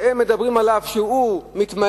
שהם מדברים עליו שהוא מתמעט,